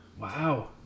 Wow